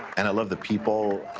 and i love the people,